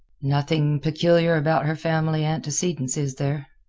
nothing peculiar about her family antecedents, is there?